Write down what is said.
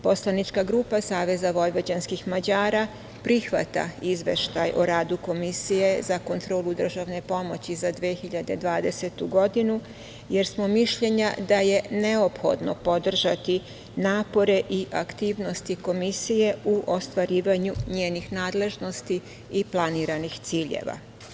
Poslanička grupa SVM prihvata Izveštaj o radu Komisije za kontrolu državne pomoći za 2020. godinu, jer smo mišljenja da je neophodno podržati napore i aktivnosti Komisije u ostvarivanju njenih nadležnosti i planiranih ciljeva.